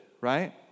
right